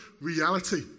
reality